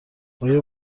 آیا